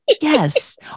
Yes